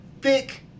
thick